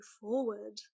forward